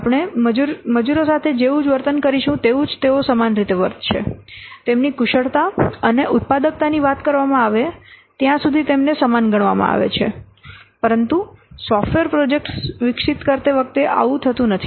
આપણે મજૂરીકારો સાથે જેવું વર્તન કરશું તેવું જ તેઓ સમાન રીતે વર્તશે તેમની કુશળતા અને ઉત્પાદકતાની વાત કરવામાં આવે ત્યાં સુધી તેમને સમાન ગણવામાં આવે છે પરંતુ સોફ્ટવેર પ્રોજેક્ટ્સ વિકસિત કરતી વખતે આવું થતું નથી